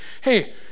hey